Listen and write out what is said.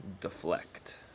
Deflect